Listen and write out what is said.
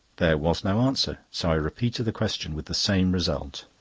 there was no answer so i repeated the question, with the same result.